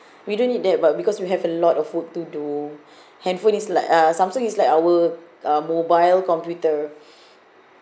we don't need that but because we have a lot of work to do handphone is like uh samsung is like our uh mobile computer